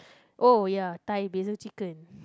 oh ya Thai Basil Chicken